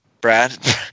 brad